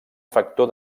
factor